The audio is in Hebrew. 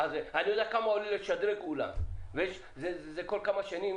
אני יודע כמה לשדרג אולם וכל כמה שנים